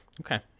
Okay